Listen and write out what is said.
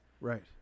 right